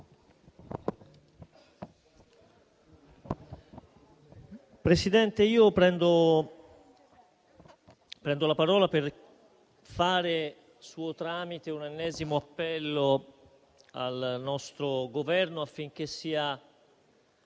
Presidente, io prendo la parola per fare, per suo tramite, un ennesimo appello al nostro Esecutivo affinché sia